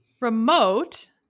Remote